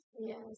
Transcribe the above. Yes